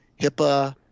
HIPAA